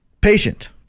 Patient